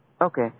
Okay